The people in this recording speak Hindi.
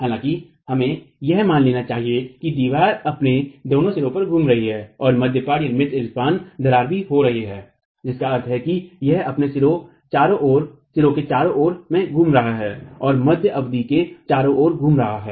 हालांकि हमें यह मान लेना चाहिए कि दीवार अपने दोनों सिरों पर घूम रही है और मध्य पाट दरार भी हो रही है जिसका अर्थ है कि यह अपने सिरों चरों ओर में घूम रहा है और मध्य अवधि के चरों ओर घूम रहा है